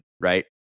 Right